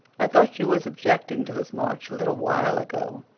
i thought you was objecting to this march a little while ago,